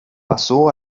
pasó